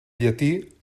llatí